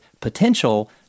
potential –